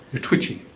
you're twitchy.